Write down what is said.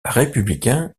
républicain